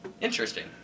Interesting